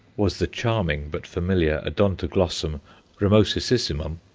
was the charming but familiar odontoglossum ramossissimum,